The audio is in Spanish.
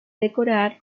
decorar